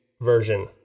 version